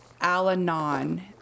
Al-Anon